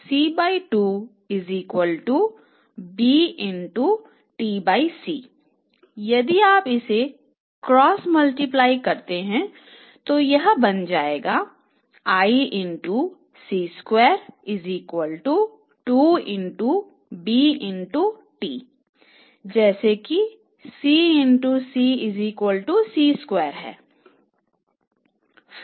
तो यदि आप इसे क्रॉस मल्टीप्लय करते हैं तो यह बन जाएगा जैसा कि CC C square हैं